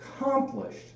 accomplished